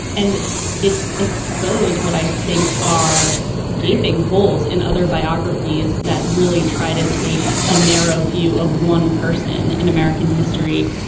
and it exposed what i think are gaping holes in other biographies that really try to take a narrow view of one person in american history,